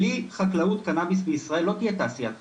בלי חקלאות קנאביס בישראל לא תהיה תעשיית קנאביס.